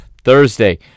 Thursday